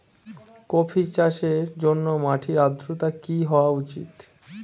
Coffee চাষের জন্য মাটির আর্দ্রতা কি হওয়া উচিৎ?